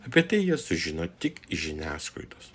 apie tai jie sužino tik iš žiniasklaidos